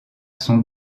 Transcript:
son